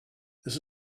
this